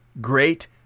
great